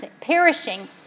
perishing